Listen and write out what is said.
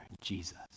Jesus